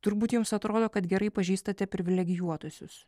turbūt jums atrodo kad gerai pažįstate privilegijuotuosius